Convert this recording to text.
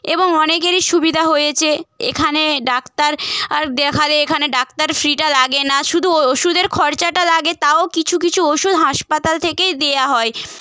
এবং অনেকেরই সুবিধা হয়েছে এখানে ডাক্তার আর দেখালে এখানে ডাক্তার ফিটা লাগে না শুধু ওষুধের খরচাটা লাগে তাও কিছু কিছু ওষুধ হাসপাতাল থেকেই দেওয়া হয়